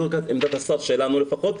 זו עמדת השר שלנו לפחות,